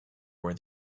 where